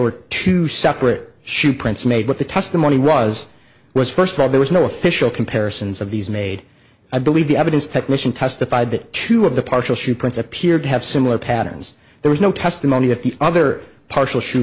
were two separate shoot prints made but the testimony was was first of all there was no official comparisons of these made i believe the evidence technician testified that two of the partial shoe prints appeared to have similar patterns there was no testimony at the other partial shoe